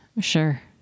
Sure